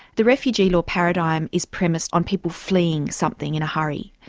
the refugee law paradigm is premised on people fleeing something in a hurry.